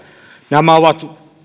nämä ovat